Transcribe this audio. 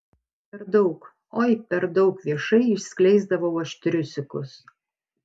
per daug oi per daug viešai išskleisdavau aš triusikus